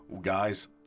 Guys